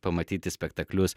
pamatyti spektaklius